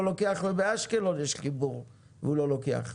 לוקח וכך גם באשקלון שגם שן יש חיבור והוא לא לוקח.